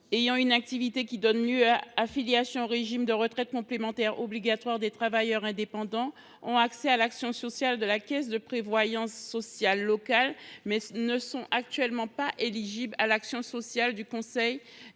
une activité donnant lieu à leur affiliation au régime de retraite complémentaire obligatoire des travailleurs indépendants bénéficient de l’action sociale de la caisse de prévoyance sociale locale, mais ne sont actuellement pas éligibles à l’action sociale du CPSTI